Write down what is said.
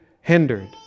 hindered